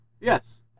Yes